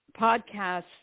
podcasts